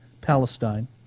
Palestine